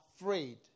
afraid